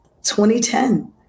2010